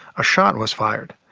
a shot was fired.